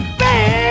baby